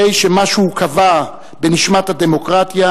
הרי שמשהו כבה בנשמת הדמוקרטיה,